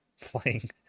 playing